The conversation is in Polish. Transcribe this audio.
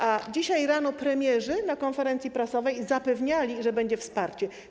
A dzisiaj rano premierzy na konferencji prasowej zapewniali, że będzie wsparcie.